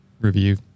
review